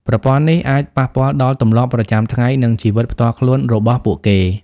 ប្រព័ន្ធនេះអាចប៉ះពាល់ដល់ទម្លាប់ប្រចាំថ្ងៃ និងជីវិតផ្ទាល់ខ្លួនរបស់ពួកគេ។